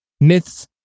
Myths